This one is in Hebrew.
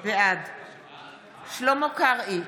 בעד שלמה קרעי,